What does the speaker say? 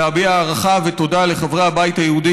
להביע הערכה ותודה לחברי הבית היהודי